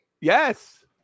Yes